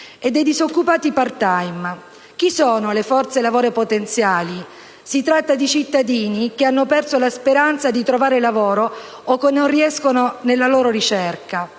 e dei disoccupati *part-time*. Chi sono le forze lavoro potenziali? Si tratta di cittadini che hanno perso la speranza di trovare lavoro o che non riescono nella loro ricerca.